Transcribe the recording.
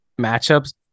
matchups